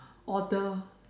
order